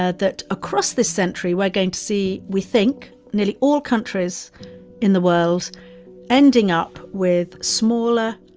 that that across this century, we're going to see we think nearly all countries in the world ending up with smaller,